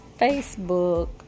Facebook